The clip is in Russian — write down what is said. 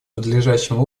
надлежащим